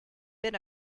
been